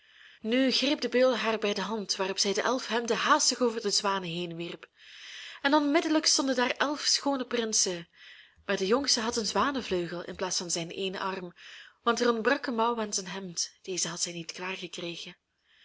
nu greep de beul haar bij de hand waarop zij de elf hemden haastig over de zwanen heenwierp en onmiddellijk stonden daar elf schoone prinsen maar de jongste had een zwanevleugel in plaats van zijn eenen arm want er ontbrak een mouw aan zijn hemd deze had zij niet klaargekregen